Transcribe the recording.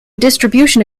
distribution